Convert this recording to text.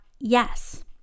yes